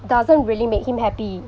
doesn't really make him happy